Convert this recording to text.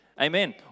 amen